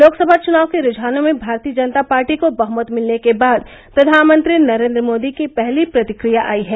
लोकसभा चुनाव के रुझानों में भारतीय जनता पार्टी को बहमत मिलने के बाद प्रधानमंत्री नरेंद्र मोदी की पहली प्रतिक्रिया आई है